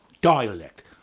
dialect